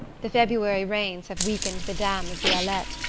the february rains have weakened the dam of the alette,